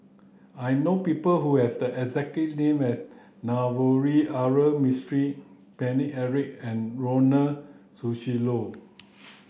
I know people who have the exact name as Navroji R Mistri Paine Eric and Ronald Susilo